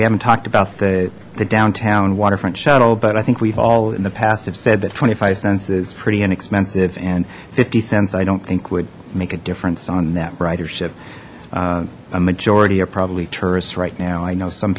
we haven't talked about the downtown waterfront shuttle but i think we've all in the past have said that twenty five cents is pretty inexpensive and fifty cents i don't think would make a difference on that ridership a majority of probably tourists right now i know some